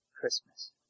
Christmas